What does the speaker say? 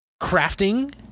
crafting